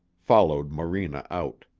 followed morena out.